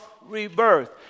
rebirth